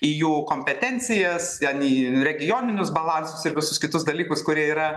į jų kompetencijas ten į regioninius balansus ir visus kitus dalykus kurie yra